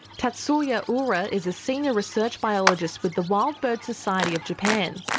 tatsuya ura is a senior research biologist with the wild birds society of japan.